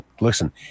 Listen